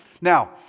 Now